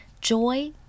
Joy